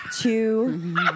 two